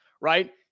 right